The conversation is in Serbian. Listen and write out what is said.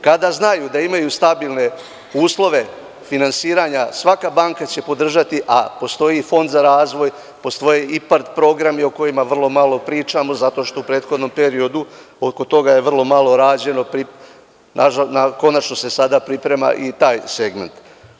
Kada znaju da imaju stabilne uslove finansiranja, svaka banka će podržati, a postoji i Fond za razvoj, postoje IPARD programi o kojima vrlo malo pričamo, zato što u prethodnim periodu oko toga je vrlo malo rađeno, ali konačno se sada priprema i taj segment.